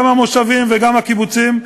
גם המושבים וגם הקיבוצים,